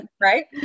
right